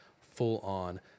full-on